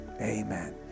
Amen